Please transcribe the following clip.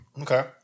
Okay